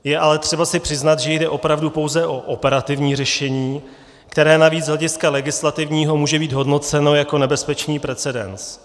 Je si ale třeba přiznat, že jde opravdu pouze o operativní řešení, které navíc z hlediska legislativního může být hodnoceno jako nebezpečný precedens.